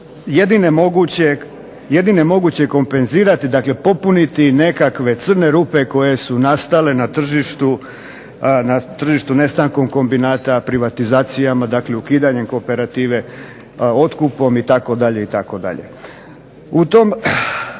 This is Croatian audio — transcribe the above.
jedine moguće kompenzirati, dakle popuniti nekakve crne rupe koje su nastale na tržištu nestankom kombinata privatizacijama, dakle ukidanjem kooperative, otkupom, itd.,